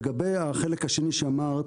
לגבי החלק השני שאמרת,